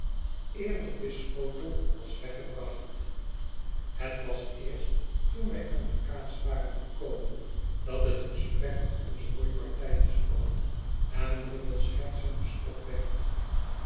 eer de vischschotel was weggebracht het was eerst toen wij aan de kaas waren gekomen dat het gesprek op onze roeipartijtjes kwara en drummle schertsend bespot werd